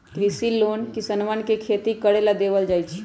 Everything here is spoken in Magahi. कृषि लोन किसनवन के खेती करे ला देवल जा हई